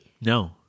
No